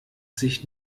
sich